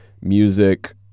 music